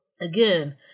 again